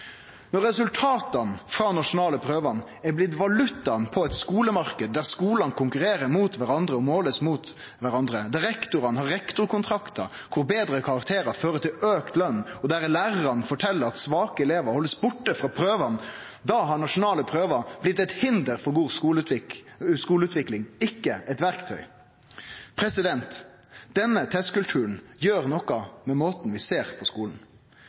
Når resultata frå dei nasjonale prøvene er blitt valutaen på ein skolemarknad der skolane konkurrerer mot kvarandre og blir målte mot kvarandre, der rektorane har rektorkontraktar der betre karakterar fører til auka løn, og der lærarane fortel at svake elevar blir haldne borte frå prøvene – da har nasjonale prøver blitt eit hinder for god skoleutvikling, ikkje eit verktøy. Denne testkulturen gjer noko med måten vi ser på skolen